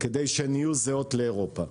כדי שהן יהיו זהות לאירופה.